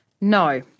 No